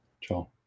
Ciao